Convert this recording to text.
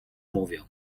mówią